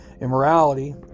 immorality